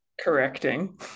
correcting